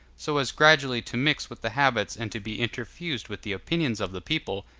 so as gradually to mix with the habits and to be interfused with the opinions of the people,